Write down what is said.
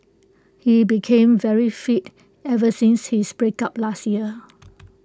he became very fit ever since his breakup last year